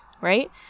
right